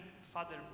Father